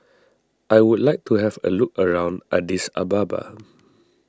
I would like to have a look around Addis Ababa